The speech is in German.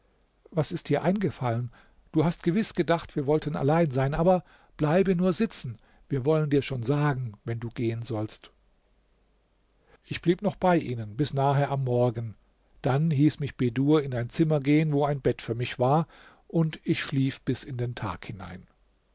was ist dir eingefallen du hast gewiß gedacht wir wollten allein sein aber bleibe nur sitzen wir wollen dir schon sagen wenn du gehen sollst ich blieb noch bei ihnen bis nahe am morgen dann hieß mich bedur in ein zimmer gehen wo ein bett für mich war und ich schlief bis in den tag hinein